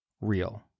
real